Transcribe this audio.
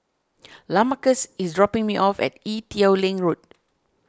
Lamarcus is dropping me off at Ee Teow Leng Road